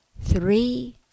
three